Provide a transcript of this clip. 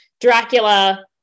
Dracula